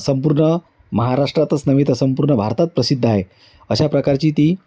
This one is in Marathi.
संपूर्ण महाराष्ट्रातच नव्हे तर संपूर्ण भारतात प्रसिद्ध आहे अशा प्रकारची ती